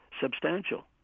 substantial